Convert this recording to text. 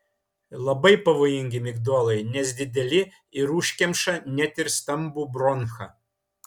labai pavojingi migdolai nes dideli ir užkemša net ir stambų bronchą